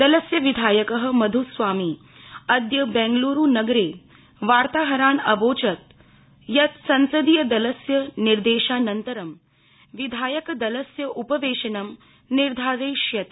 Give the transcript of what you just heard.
दलस्य विधायकः मध्स्वामी अद्य बंगलूरू नगरे वर्ताहरान् अवोचत् यत् संसदीय दलस्य निर्देशानन्तरं विधायक दलस्य उपवेशनं निर्धारयिष्यते